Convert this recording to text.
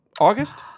August